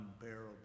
unbearable